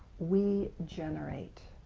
we generate